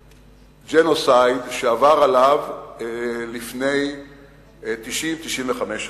לג'נוסייד שעבר עליו לפני 90 95 שנה.